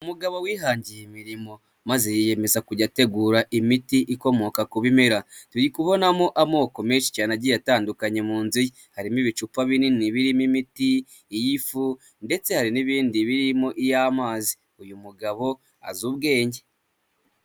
Umugabo wihangiye imirimo maze yiyemeza kujya ategura imiti ikomoka ku bimera, turi kubonamo amoko menshi cyane agiye atandukanye mu nzu ye. Harimo ibicupa binini birimo imiti, iy'ifu ndetse hari n'ibindi birimo iy'amazi, uyu mugabo azi ubwenge.